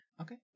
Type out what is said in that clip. Okay